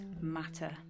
matter